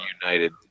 United